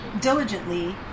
diligently